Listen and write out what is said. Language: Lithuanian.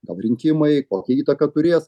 gal rinkimai kokią įtaką turės